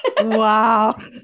Wow